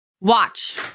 watch